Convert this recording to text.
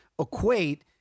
equate